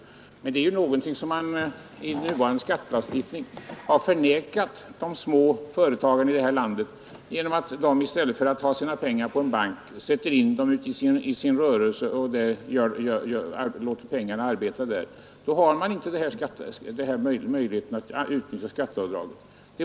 Men det är någonting som man i nuvarande skattelagstiftning har förnekat de små företagarna i landet genom att de, i stället för att sätta in pengarna på en bank, sätter in pengarna i sin rörelse och låter dem arbeta där. Därigenom har skogsägarna inte möjlighet att utnyttja schablonavdraget.